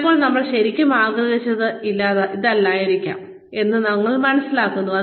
ചിലപ്പോൾ നമ്മൾ ശരിക്കും ആഗ്രഹിച്ചത് ഇതല്ലായിരിക്കാം എന്ന് ഞങ്ങൾ മനസ്സിലാക്കുന്നു